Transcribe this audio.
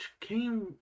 came